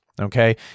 okay